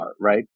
right